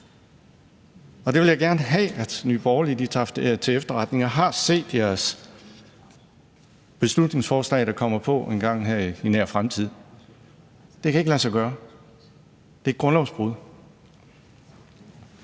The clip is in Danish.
og det vil jeg godt have at Nye Borgerlige lige tager til efterretning. Jeg har set jeres beslutningsforslag, der kommer på dagsordenen i nær fremtid. Men det kan ikke lade sig gøre – det er grundlovsbrud.